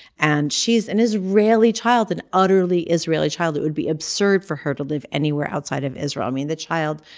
and she's an israeli child, an utterly israeli child. it would be absurd for her to live anywhere outside of israel. i mean the child,